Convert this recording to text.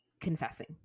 confessing